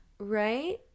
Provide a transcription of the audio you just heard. Right